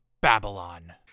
Babylon